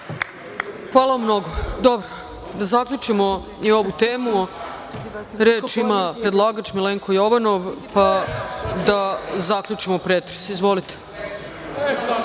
Hvala vam mnogo. Dobro, da zaključimo i ovu temu. Reč ima predlagač Milenko Jovanov, pa da zaključimo pretres. Izvolite.